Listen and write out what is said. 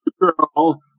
girl